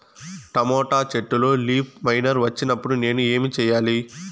Tomato చెట్టులో leaf miner వచ్చినప్పుడు నేను ఏమి చెయ్యాలి?